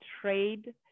trade